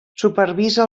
supervisa